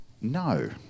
No